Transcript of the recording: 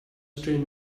strange